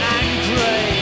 angry